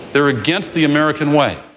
they're against the american way.